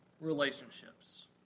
relationships